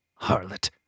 Harlot